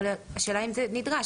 השאלה אם זה נדרש,